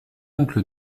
oncle